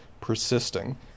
persisting